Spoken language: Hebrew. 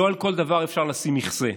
לא על כל דבר אפשר לשים מכסה.